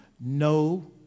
No